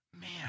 Man